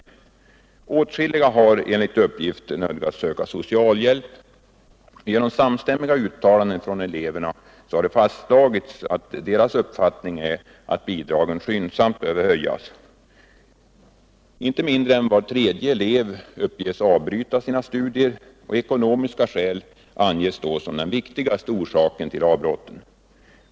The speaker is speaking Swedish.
Åtskilliga av dem har enligt uppgift nödgats söka socialhjälp. Genom samstämmiga uttalanden från eleverna har det fastslagits att deras uppfattning är att bidragen skyndsamt bör höjas. Inte mindre än var tredje elev uppges avbryta sina studier. Ekonomiska skäl anges vara den viktigaste orsaken till avbrottet.